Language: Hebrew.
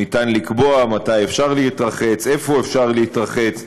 ניתן לקבוע מתי אפשר להתרחץ, איפה אפשר להתרחץ.